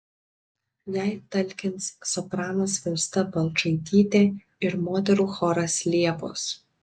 jai talkins sopranas fausta balčaitytė ir moterų choras liepos